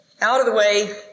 out-of-the-way